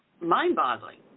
mind-boggling